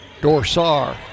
Dorsar